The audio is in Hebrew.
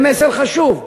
זה מסר חשוב.